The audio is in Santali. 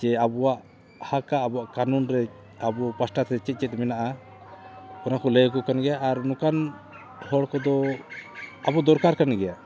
ᱡᱮ ᱟᱵᱚᱣᱟᱜ ᱦᱚᱠ ᱟᱵᱚᱣᱟᱜ ᱠᱟᱹᱱᱩᱱ ᱨᱮ ᱟᱵᱚ ᱯᱟᱦᱴᱟ ᱛᱮ ᱪᱮᱫ ᱪᱮᱫ ᱢᱮᱱᱟᱜᱼᱟ ᱚᱱᱟ ᱠᱚ ᱞᱟᱹᱭᱟᱠᱚ ᱠᱟᱱ ᱜᱮᱭᱟ ᱟᱨ ᱱᱚᱝᱠᱟᱱ ᱦᱚᱲ ᱠᱚᱫᱚ ᱟᱵᱚ ᱫᱚᱨᱠᱟᱨ ᱠᱟᱱ ᱜᱮᱭᱟ